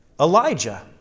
Elijah